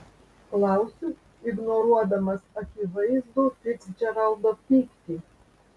klausiu ignoruodamas akivaizdų ficdžeraldo pyktį